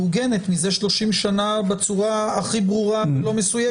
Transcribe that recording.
מעוגנת מזה 30 שנה בצורה הכי ברורה ולא מסויגת.